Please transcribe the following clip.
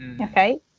Okay